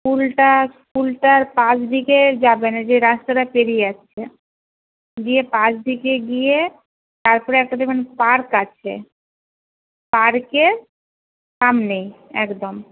স্কুলটা স্কুলটার পাশ দিকে যাবেন যে রাস্তাটা পেরিয়ে আসছে গিয়ে পাশ দিকে গিয়ে তারপরে একটা দেখবেন পার্ক আছে পার্কের সামনেই একদম